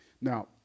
Now